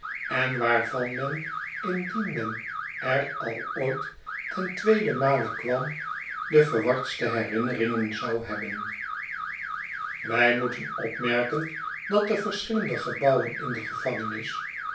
en waarvan men indien men er al ooit ten tweeden male kwam de verwardste herinneringen zou hebben wij moeten opmerken dat de verschillende gebouwen in de gevangenis